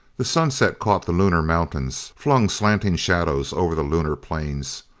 the sunset caught the lunar mountains, flung slanting shadows over the lunar plains.